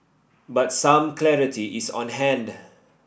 but some clarity is on hand